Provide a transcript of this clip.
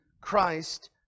Christ